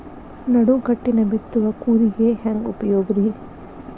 ನಡುಕಟ್ಟಿನ ಬಿತ್ತುವ ಕೂರಿಗೆ ಹೆಂಗ್ ಉಪಯೋಗ ರಿ?